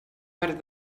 per